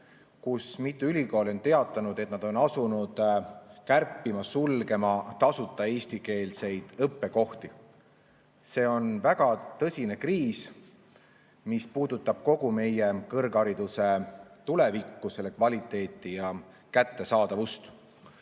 kui mitu ülikooli on teatanud, et nad on asunud kärpima ja sulgema tasuta eestikeelseid õppekohti. See on väga tõsine kriis, mis puudutab kogu meie kõrghariduse tulevikku, selle kvaliteeti ja kättesaadavust. Seoses